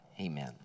Amen